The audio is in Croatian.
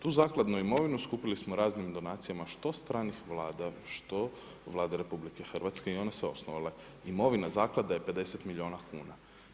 Tu zakladnu imovinu, skupili smo raznim donacijama, što stranih Vlada, što Vlada RH, i one su osnovale, imovina zaklada je 50 milijuna kuna.